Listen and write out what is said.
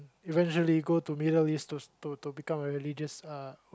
eventually go to Middle-East to to to pick up a religious uh